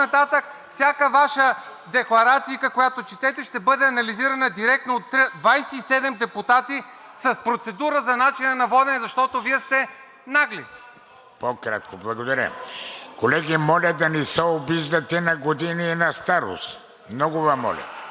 всяка Ваша декларацийка, която четете, ще бъде анализирана директно от 27 депутати с процедура за начина на водене, защото Вие сте нагли. ПРЕДСЕДАТЕЛ ВЕЖДИ РАШИДОВ: По-кратко. Благодаря. Колеги, моля да не се обиждате на години и на старост. Много Ви моля!